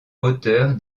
auteur